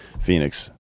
Phoenix